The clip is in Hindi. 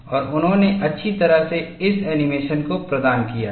और उन्होंने अच्छी तरह से इस एनीमेशन को प्रदान किया है